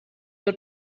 your